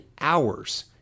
hours